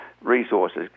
resources